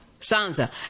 Sansa